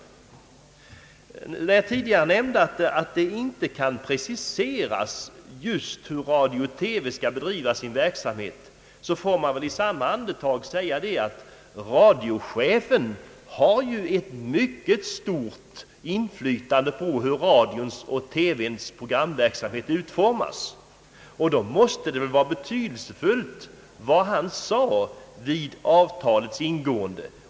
Jag har redan nämnt att man inte i varje detalj kan precisera hur radio och TV skall bedriva sin verksamhet, men samtidigt måste man medge att radiochefen har ett stort inflytande när det gäller hur radions och TV:s verksamhet skall utformas. Då måste man anse det vara betydelsefullt vad han uttalade vid avtalets ingående.